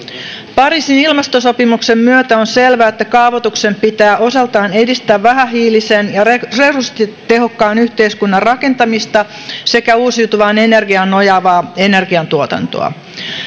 pariisin ilmastosopimuksen myötä on selvää että kaavoituksen pitää osaltaan edistää vähähiilisen ja resurssitehokkaan yhteiskunnan rakentamista sekä uusiutuvaan energiaan nojaavaa energiantuotantoa